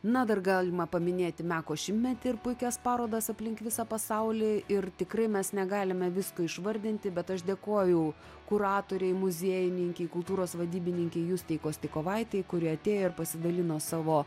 na dar galima paminėti meko šimtmetį ir puikias parodas aplink visą pasaulį ir tikrai mes negalime visko išvardinti bet aš dėkoju kuratorei muziejininkei kultūros vadybininkei justei kostikovaitei kuri atėjo ir pasidalino savo